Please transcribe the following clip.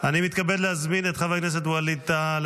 אני מתכבד להזמין את חבר הכנסת ווליד טאהא